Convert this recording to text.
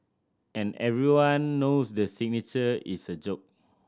and everyone knows the signature is a joke